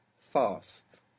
fast